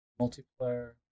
multiplayer